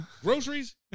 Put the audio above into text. groceries